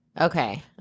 Okay